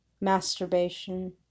masturbation